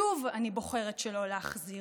שוב אני בוחרת שלא להחזיר,